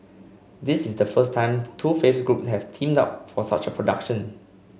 this is the first time the two faith groups have teamed up for such a production